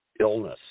illness